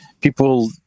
People